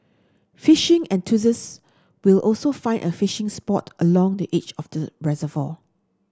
fishing enthusiast will also find a spot along the edge of the reservoir